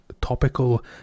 topical